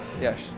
Yes